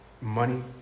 money